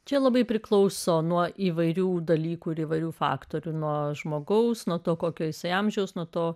čia labai priklauso nuo įvairių dalykų ir įvairių faktorių nuo žmogaus nuo to kokio jisai amžiaus nuo to